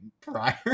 prior